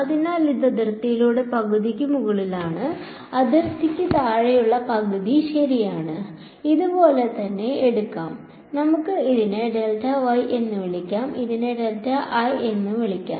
അതിനാൽ ഇത് അതിർത്തിയുടെ പകുതിക്ക് മുകളിലാണ് അതിർത്തിക്ക് താഴെയുള്ള പകുതി ശരിയാണ് നമുക്ക് ഇതുപോലൊന്ന് എടുക്കാം നമുക്ക് ഇതിനെ വിളിക്കാം ഇതിനെ വിളിക്കാം